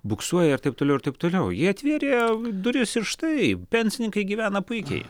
buksuoja ir taip toliau ir taip toliau jie atvėrė duris ir štai pensininkai gyvena puikiai